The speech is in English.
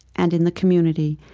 and in the community,